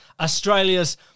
Australia's